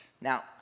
Now